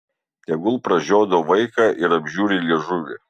tegul pražiodo vaiką ir apžiūri liežuvį